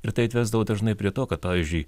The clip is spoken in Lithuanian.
ir tai atvesdavo dažnai prie to kad pavyzdžiui